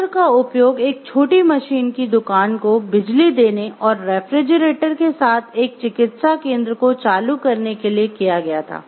संयंत्र का उपयोग एक छोटी मशीन की दुकान को बिजली देने और रेफ्रिजरेटर के साथ एक चिकित्सा केंद्र को चालू करने के लिए किया गया था